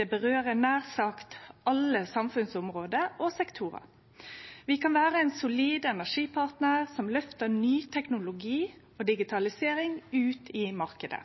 Det vedkjem nær sagt alle samfunnsområde og -sektorar. Vi kan vere ein solid energipartnar som løftar ny teknologi for digitalisering ut i marknaden.